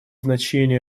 значение